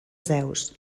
zeus